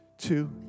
Two